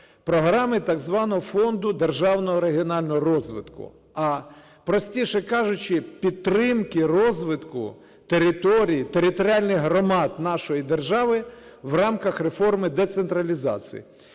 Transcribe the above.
програми так званого Фонду державного регіонального розвитку, а простіше кажучи, підтримки розвитку територій територіальних громад нашої держави в рамках реформи децентралізації.